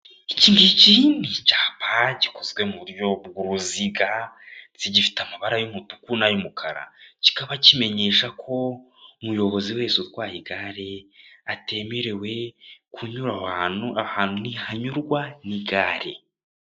Iki ngiki ni icyapa gikozwe mu buryo bw'uruziga, ndetse gifite amabara y'umutuku n'ay'umukara, kikaba kimenyesha ko umuyobozi wese utwaye igare atemerewe kunyura aho hantu, aho hantu ntihanyurwa n'igare.